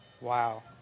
Wow